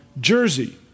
jersey